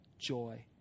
joy